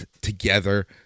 together